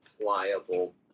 pliable